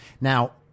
now